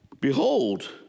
Behold